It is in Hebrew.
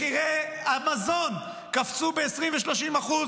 מחירי המזון קפצו ב-20% ו-30%.